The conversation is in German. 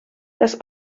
das